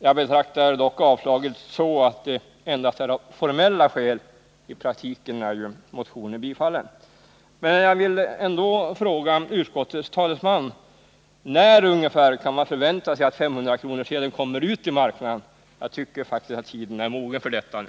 Jag betraktar dock avstyrkandet så att det endast är av formella skäl — i praktiken är motionen tillstyrkt. Jag vill därför fråga utskottets talesman: När kan man ungefär förvänta sig att 500-kronorssedeln kommer ut i marknaden? Jag tycker faktiskt att tiden är mogen för detta nu.